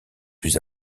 plus